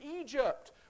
Egypt